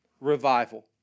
Revival